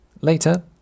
Later